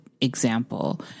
example